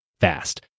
fast